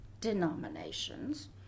denominations